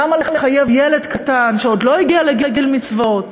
למה לחייב ילד קטן, שעוד לא הגיע לגיל מצוות,